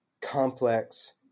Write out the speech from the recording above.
complex